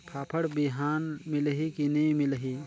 फाफण बिहान मिलही की नी मिलही?